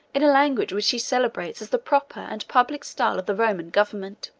in a language which he celebrates as the proper and public style of the roman government,